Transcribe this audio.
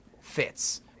fits